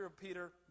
Peter